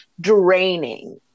draining